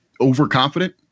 overconfident